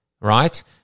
right